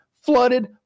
flooded